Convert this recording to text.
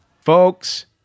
Folks